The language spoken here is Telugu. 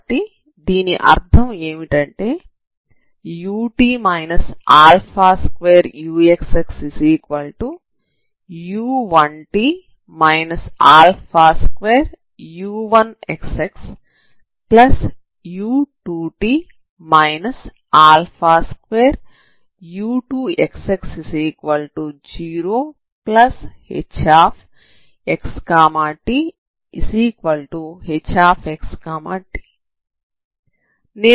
కాబట్టి దీని అర్థం ఏమిటంటే ut 2uxxu1t 2u1xxu2t 2u2xx0hxthxt